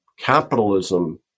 Capitalism